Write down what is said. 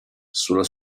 sulla